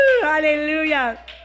Hallelujah